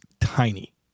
tiny